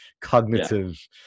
cognitive